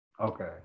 Okay